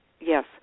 Yes